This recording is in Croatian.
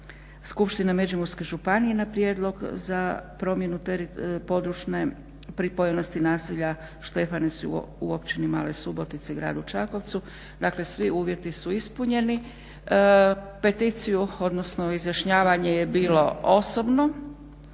Skupštine Međimurske županije na prijedlog za promjenu teritorijalne pripojenosti naselja Štefanec u općini male Subotice u gradu Čakovcu. Dakle svi uvjeti su ispunjeni. Peticiju odnosno izjašnjavanje je bilo osobno,